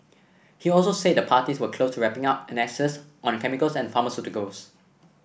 he also said the parties were close to wrapping up annexes on chemicals and pharmaceuticals